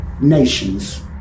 nations